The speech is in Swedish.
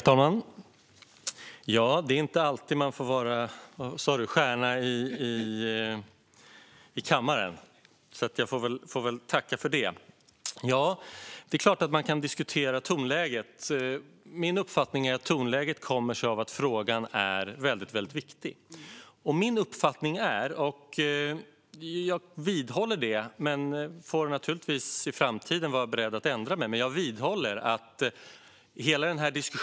Herr talman! Det är inte alltid man får vara stjärna i kammaren. Jag får väl tacka för det. Det är klart att man kan diskutera tonläget. Min uppfattning är att tonläget kommer sig av att frågan är väldigt viktig. Jag vidhåller min inställning till hela den här diskussionen, men får naturligtvis i framtiden vara beredd att ändra mig.